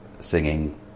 singing